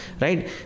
right